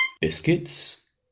biscuits